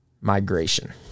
migration